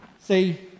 See